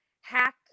hack